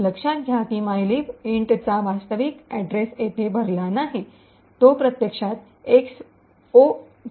लक्षात घ्या की मायलिब इंटचा mylib int वास्तविक पत्ता येथे भरला नाही आहे तो प्रत्यक्षात 0X0 आहे